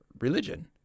religion